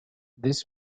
this